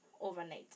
overnight